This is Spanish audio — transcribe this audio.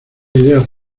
idea